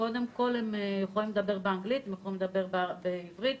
הם יכולים לדבר באנגלית, הם יכולים לדבר בעברית.